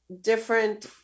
different